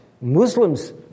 Muslims